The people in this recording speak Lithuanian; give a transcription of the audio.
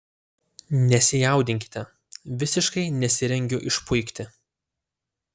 nesijaudinkite visiškai nesirengiu išpuikti